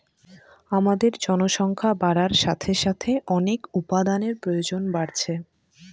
আমাদের জনসংখ্যা বাড়ার সাথে সাথে অনেক উপাদানের প্রয়োজন বাড়ছে